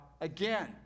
again